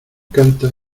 canta